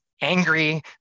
angry